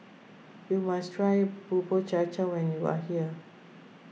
you must try Bubur Cha Cha when you are here